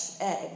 egg